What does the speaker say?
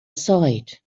side